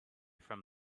from